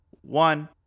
one